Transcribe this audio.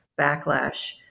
backlash